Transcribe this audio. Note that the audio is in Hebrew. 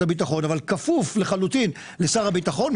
הביטחון אבל כפוף לחלוטין לשר הביטחון,